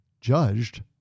judged